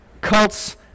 cults